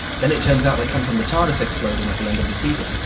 then it turns out they come from the tardis exploding at the end of the season.